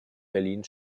berlin